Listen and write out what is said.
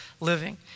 living